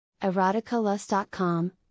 eroticalust.com